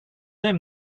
där